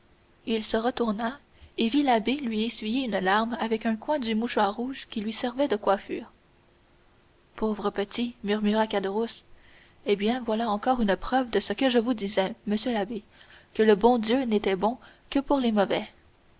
il se retourna et l'abbé lui vit essuyer une larme avec un coin du mouchoir rouge qui lui servait de coiffure pauvre petit murmura caderousse eh bien voilà encore une preuve de ce que je vous disais monsieur l'abbé que le bon dieu n'était bon que pour les mauvais